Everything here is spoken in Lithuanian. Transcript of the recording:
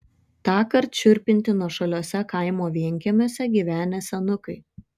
tąkart šiurpinti nuošaliuose kaimo vienkiemiuose gyvenę senukai